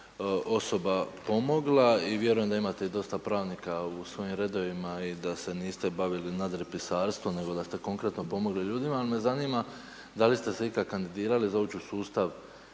osoba pomogla i vjerujem da imate dosta pravnika u svojim redovima i da se niste bavili nadripisarstvom, nego da ste konkretno pomogli ljudima, ali me zanima, da li ste se ikada kandidirali doći u sustav